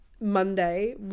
Monday